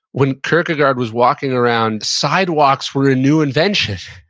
when kierkegaard was walking around, sidewalks were a new invention.